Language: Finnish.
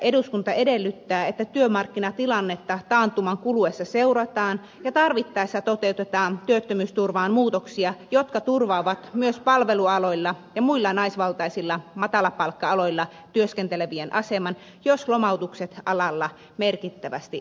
eduskunta edellyttää että työmarkkinatilannetta taantuman kuluessa seurataan ja tarvittaessa toteutetaan työttömyysturvaan muutoksia jotka turvaavat myös palvelualoilla ja muilla naisvaltaisilla matalapalkka aloilla työskentelevien aseman jos lomautukset alalla merkittävästi lisääntyvät